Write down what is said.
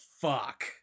Fuck